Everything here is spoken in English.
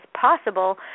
possible